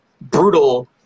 brutal